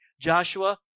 Joshua